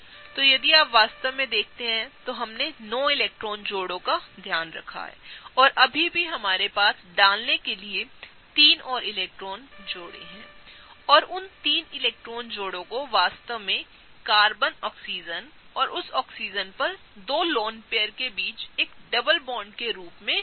तो यदि आप वास्तव में देखते हैं कि हमने 9 इलेक्ट्रॉन जोड़े का ध्यान रखा है और हमारे पास डालने के लिए 3 और इलेक्ट्रॉन जोड़े हैं और उन3इलेक्ट्रॉन जोड़े वास्तव में ऑक्सीजन कार्बन औरउस ऑक्सीजन पर2लोन पेयर केबीच एक दोहरे बॉन्ड के रूप में जा सकते हैं